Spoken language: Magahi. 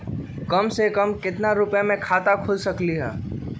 कम से कम केतना रुपया में खाता खुल सकेली?